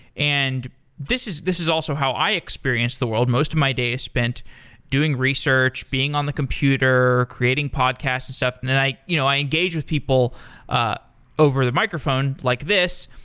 and this is this is also how i experience the world, most of my day is spent doing research, being on the computer, creating podcasts and stuff and then i you know i engage people ah over the microphone like this.